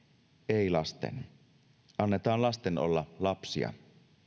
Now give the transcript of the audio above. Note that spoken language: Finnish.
ei lasten annetaan lasten olla lapsia